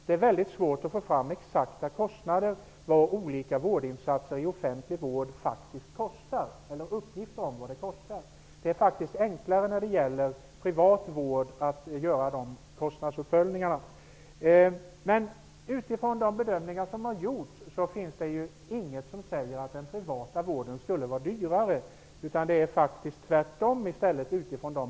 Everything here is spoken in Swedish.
Det är svårt att få fram exakta uppgifter om vad vårdinsatser i offentlig vård faktiskt kostar. Det är enklare när det gäller privat vård att göra kostnadsuppföljningar. Men utifrån de bedömningar som gjorts finns inget som säger att den privata vården skulle vara dyrare, utan det är faktiskt i stället tvärtom.